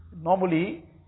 normally